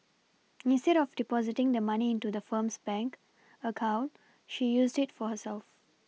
instead of Depositing the money into the firm's bank account she used it for herself